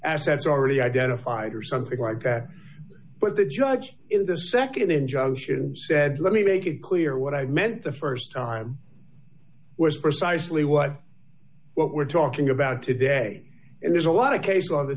assets already identified or something like that but the judge in the nd injunction said let me make it clear what i meant the st time was precisely what what we're talking about today and there's a lot of case law that